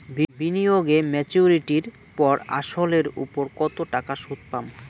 বিনিয়োগ এ মেচুরিটির পর আসল এর উপর কতো টাকা সুদ পাম?